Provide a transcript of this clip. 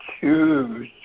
choose